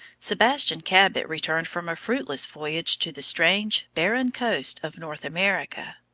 sebastian cabot returned from a fruitless voyage to the strange, barren coast of north america.